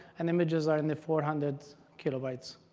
and images are in the four hundred kilobytes.